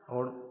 और